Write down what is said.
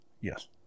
Yes